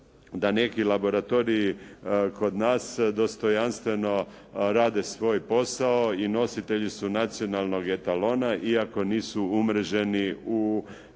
da neki laboratoriji kod nas dostojanstveno rade svoj posao i nositelji su nacionalnog etalona iako nisu umreženi u